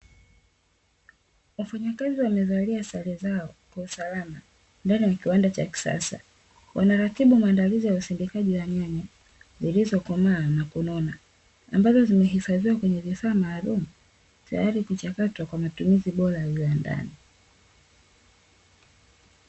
Wafanyakazi wamevalia sare zao kwa usalama ndani ya kiwanda cha kisasa. Wanaratibu maandalizi ya usindikaji wa nyanya, zilizokomaa na kunona, ambazo zimehifadhiwa kwenye vifaa maalumu, tayari kuchakatwa kwa matumizi bora ya viwandani.